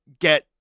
get